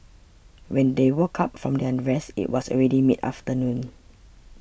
when they woke up from their rest it was already mid afternoon